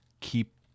keep